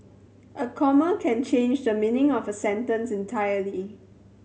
a comma can change the meaning of a sentence entirely